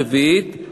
רביעית,